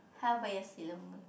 how about your Sailor Moon